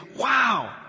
Wow